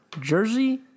Jersey